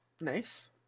Nice